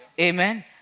Amen